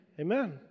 Amen